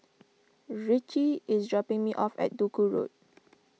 Ricci is dropping me off at Duku Road